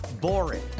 boring